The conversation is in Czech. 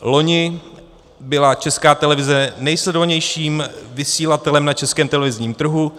Loni byla Česká televize nejsledovanějším vysílatelem na českém televizním trhu.